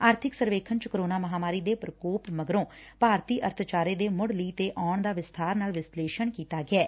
ਆਰਥਿਕ ਸਰਵੇਖਣ ਚ ਕੋਰੋਨਾ ਮਹਾਂਮਾਰੀ ਦੇ ਪ੍ਕਕਪ ਮਗਰੋਂ ਭਾਰਤੀ ਅਰਥਚਾਰੇ ਦੇ ਮੁੜ ਲੀਹ ਤੇ ਆਉਣ ਦਾ ਵਿਸਬਾਰ ਨਾਲ ਵਿਸ਼ਲੇਸ਼ਣ ਕੀਤਾ ਗਿਐ